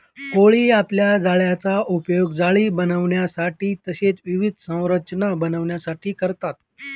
कोळी आपल्या जाळ्याचा उपयोग जाळी बनविण्यासाठी तसेच विविध संरचना बनविण्यासाठी करतात